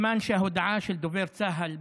סימן שההודעה של דובר צה"ל,